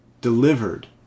delivered